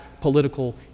political